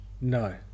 No